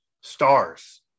stars